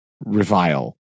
revile